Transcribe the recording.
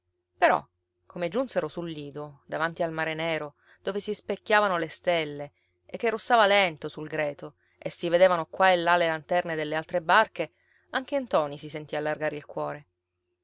però come giunsero sul lido davanti al mare nero dove si specchiavano le stelle e che russava lento sul greto e si vedevano qua e là le lanterne delle altre barche anche ntoni si sentì allargare il cuore